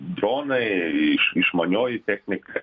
dronai iš išmanioji technika